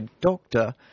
doctor